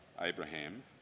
Abraham